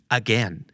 again